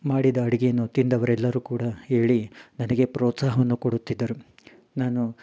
ಮಾಡಿದ ಅಡುಗೆಯನ್ನು ತಿಂದವರೆಲ್ಲರೂ ಕೂಡ ಹೇಳಿ ನನಗೆ ಪ್ರೋತ್ಸಾಹವನ್ನು ಕೊಡುತ್ತಿದ್ದರು ನಾನು